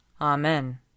Amen